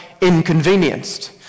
inconvenienced